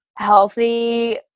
Healthy